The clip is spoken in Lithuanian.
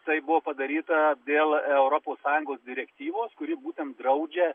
tai buvo padaryta dėl europos sąjungos direktyvos kuri būtent draudžia